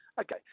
Okay